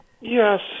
Yes